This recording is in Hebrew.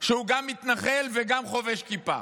שהוא גם מתנחל וגם חובש כיפה.